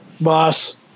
Boss